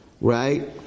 right